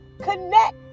connect